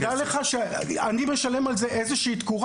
דך לך שאני משלם על זה איזושהי תקורה